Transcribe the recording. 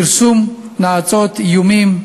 פרסום נאצות, איומים,